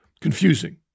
confusing